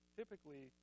typically